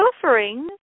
suffering